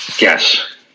yes